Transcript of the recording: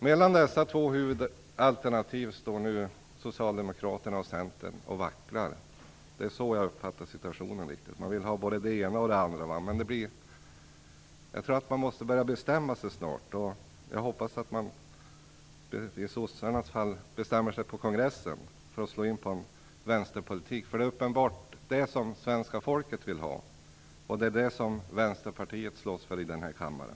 Mellan dessa två huvudalternativ står nu Socialdemokraterna och Centern och vacklar. Så uppfattar jag situationen. De vill ha både det ena och det andra. De måste börja bestämma sig snart - i Socialdemokraternas fall hoppas jag det blir på kongressen. Jag hoppas att de slår in på en vänsterpolitik. Det är ju uppenbarligen det som svenska folket vill ha, och det är det som Vänsterpartiet slåss för i denna kammare.